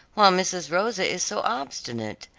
while mrs. rosa is so obstinate.